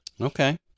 Okay